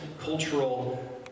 cultural